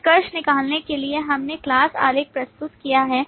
निष्कर्ष निकालने के लिए हमने class आरेख प्रस्तुत किया है